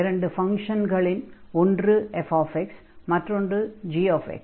இரண்டு ஃபங்ஷ்ன்கள் ஒன்று fx மற்றொன்று gx